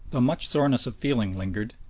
though much soreness of feeling lingered,